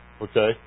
okay